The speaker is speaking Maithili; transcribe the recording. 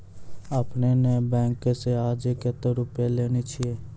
आपने ने बैंक से आजे कतो रुपिया लेने छियि?